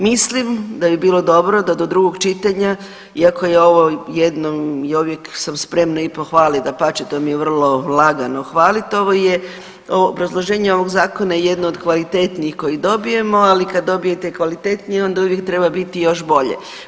Mislim da bi bilo dobro da do drugog čitanja, iako je ovo jednom i uvijek sam spremna i pohvaliti, dapače, to mi je vrlo lagano hvaliti, ovo je, obrazloženje ovog Zakona je jedno od kvalitetnijih koji dobijemo, ali kad dobijete kvalitetnije, onda uvijek treba biti još bolje.